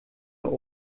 der